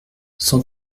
cent